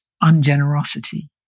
ungenerosity